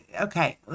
okay